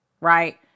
right